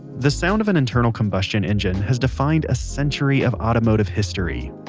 the sound of an internal combustion engine has defined a century of automotive history.